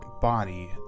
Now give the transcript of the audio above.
body